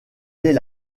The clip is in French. est